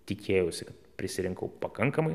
tikėjausi prisirinkau pakankamai